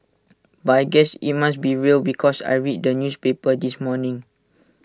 but I guess IT must be real because I read the newspapers this morning